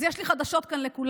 אז יש לי חדשות כאן לכולם,